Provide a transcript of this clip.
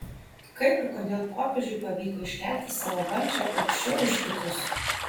kaip ir kodėl popiežiui pavyko iškelti savo valdžią aukščiau už kitus